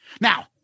Now